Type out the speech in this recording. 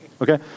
Okay